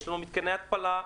יש מתקני התפלה,